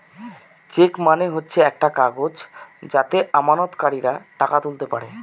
check মানে হচ্ছে একটা কাগজ যাতে আমানতকারীরা টাকা তুলতে পারে